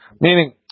Meaning